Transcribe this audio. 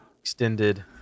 extended